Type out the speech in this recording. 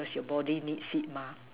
cause your body needs it mah